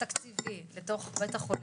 התקציבים לתוך בית החולים,